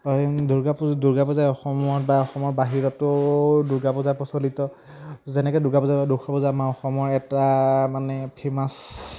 দুৰ্গাপূজা দুৰ্গাপূজাই অসমত বা অসমৰ বাহিৰতো দুৰ্গাপূজা প্ৰচলিত যেনেকৈ দুৰ্গাপূজা দুৰ্গাপূজা আমাৰ অসমৰ এটা মানে ফেমাছ